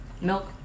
milk